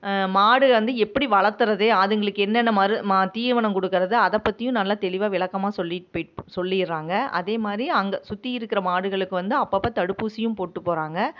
மாடு வந்து எப்படி வளர்த்துறது அதுங்களுக்கு என்னென்ன மரு ம தீவனம் கொடுக்கறது அதைப் பற்றியும் நல்லா தெளிவாக விளக்கமாக சொல்லிட்டு போய்ட்டு சொல்லிடுறாங்க அதே மாதிரி அங்கே சுற்றி இருக்கிற மாடுகளுக்கு வந்து அப்பப்போ தடுப்பூசியும் போட்டு போகிறாங்க